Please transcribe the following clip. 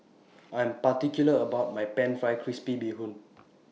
I Am particular about My Pan Fried Crispy Bee Hoon